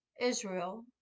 Israel